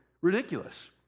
ridiculous